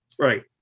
Right